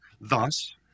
Thus